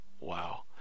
Wow